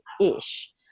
ish